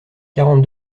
quarante